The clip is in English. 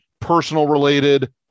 personal-related